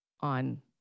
on